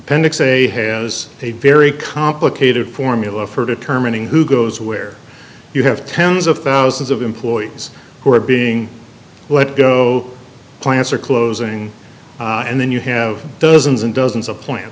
appendix a has a very complicated formula for determining who goes where you have tens of thousands of employees who are being let go plants are closing and then you have dozens and dozens of plant